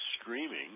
screaming